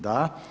Da.